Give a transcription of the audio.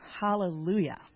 Hallelujah